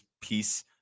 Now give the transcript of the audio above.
piece